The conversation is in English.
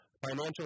Financial